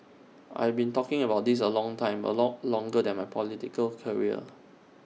I've been talking about this A long time A lot longer than my political career